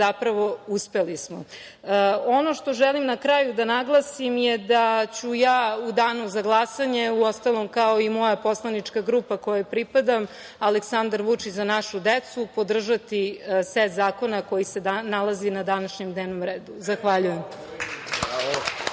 zapravo uspeli smo. Ono što želim na kraju da naglasim je da ću ja u danu za glasanje, uostalom kao i moja poslanička grupa kojoj pripadam, Aleksandar Vučić – Za našu decu, podržati set zakona koji se nalazi na današnjem dnevnom redu. Zahvaljujem.